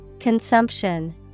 Consumption